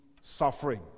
suffering